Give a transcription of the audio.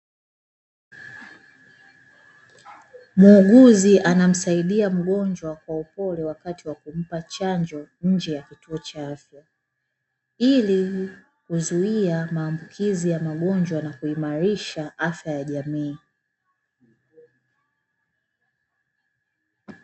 Muuguzi anamsaidia mgonjwa kwa upole wakati wa kumpa chanjo nje ya kituo cha afya, ili kuzuia maambukizi ya magonjwa na kuimarisha afya ya jamii.